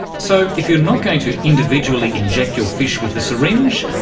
so if you're not going to individually inject your fish with a syringe,